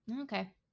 Okay